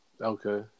Okay